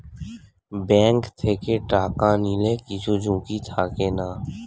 bank থেকে টাকা নিলে কিছু ঝুঁকি থাকে